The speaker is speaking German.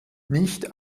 nicht